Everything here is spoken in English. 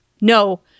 No